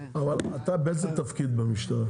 אבל אתה באיזה תפקיד במשטרה?